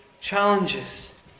challenges